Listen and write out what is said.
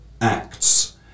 acts